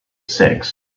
six